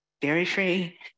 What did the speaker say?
dairy-free